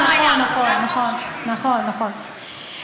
נכון, נכון.